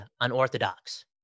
unorthodox